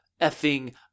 effing